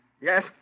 Yes